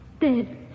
dead